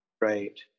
Right